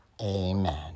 amen